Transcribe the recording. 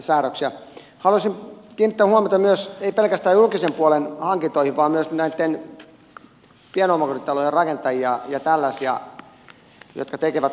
haluaisin kiinnittää huomiota ei pelkästään julkisen puolen hankintoihin vaan myös näitten pienomakotitalojen rakentajiin ja tällaisiin jotka tekevät taloja tuolla